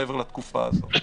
מעבר לתקופה הזאת.